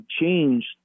changed